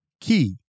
key